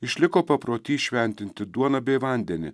išliko paprotys šventinti duoną bei vandenį